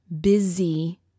busy